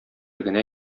генә